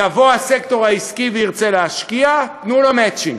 יבוא הסקטור העסקי וירצה להשקיע, תנו לו מצ'ינג,